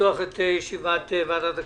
בוקר טוב, אני מתכבד לפתוח את ישיבת ועדת הכספים.